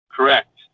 Correct